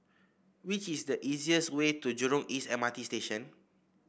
what is the easiest way to Jurong East M R T Station